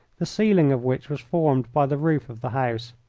the ceiling of which was formed by the roof of the house.